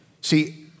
See